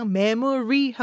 memory